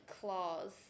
claws